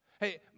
Hey